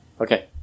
Okay